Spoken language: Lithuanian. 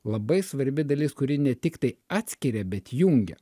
labai svarbi dalis kuri ne tiktai atskiria bet jungia